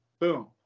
boom